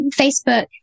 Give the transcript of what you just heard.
Facebook